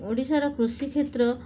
ଓଡ଼ିଶାର କୃଷି କ୍ଷେତ୍ର